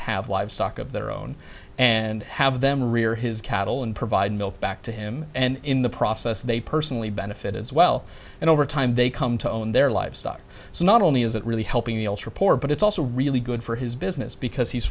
have livestock of their own and have them rear his cattle and provide milk back to him and in the process they personally benefit as well and over time they come to own their livestock so not only is it really helping the poor but it's also really good for his business because he's